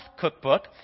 cookbook